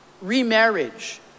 remarriage